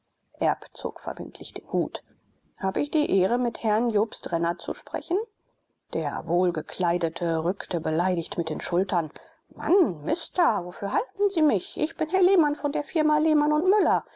zog verbindlich den hut habe ich die ehre mit herrn jobst renner zu sprechen der wohlgekleidete rückte beleidigt mit den schultern mann mister wofür halten sie mich ich bin herr lehmann von der firma lehmann und müller